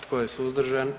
Tko je suzdržan?